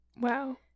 wow